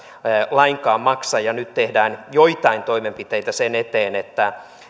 lainkaan maksa ja nyt tehdään joitain toimenpiteitä sen eteen että